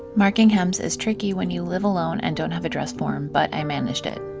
marking hems is tricky when you live alone and don't have a dressform, but i managed it.